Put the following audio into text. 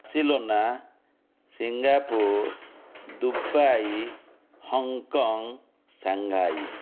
Barcelona Singapore Dubai Hong Kong Shanghai